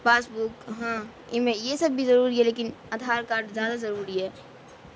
پاس بک ہاں یہ سب بھی ضروری ہے لیکن آدھار کارڈ زیادہ ضروری ہے